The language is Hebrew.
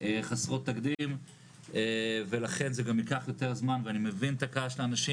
חסרות תקדים ולכן זה גם ייקח יותר זמן ואני מבין את הכעס של האנשים